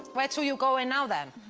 where to you goin' now then?